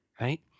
Right